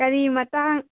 ꯀꯔꯤ ꯃꯇꯥꯡ